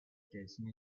disney